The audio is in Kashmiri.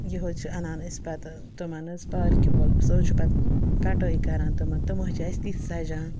یہِ حظ چھِ اَنان أسۍ پَتہٕ تِمَن حظ پارکہِ وول سُہ حظ چھِ پَتہٕ کَٹٲے کَران تِمَن تِم حظ چھِ اَسہِ تِتھ سَجھان